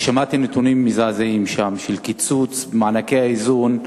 שמעתי שם נתונים מזעזעים של קיצוץ מענקי האיזון: